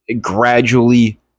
gradually